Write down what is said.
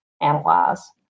analyze